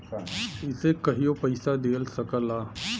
इसे कहियों पइसा दिया सकला